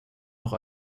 noch